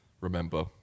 remember